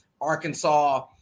Arkansas